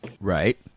Right